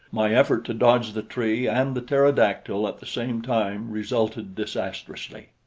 my effort to dodge the tree and the pterodactyl at the same time resulted disastrously.